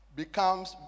becomes